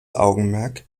augenmerk